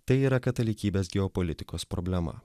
tai yra katalikybės geopolitikos problema